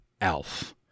ALF